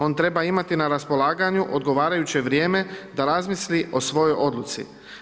On treba imati na raspolaganju odgovarajuće vrijeme da razmisli o svojoj odluci.